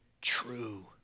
true